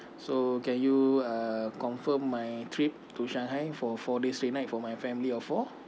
so can you uh confirm my trip to shanghai for four days three nights for my family of four